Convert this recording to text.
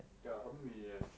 ya 很美 leh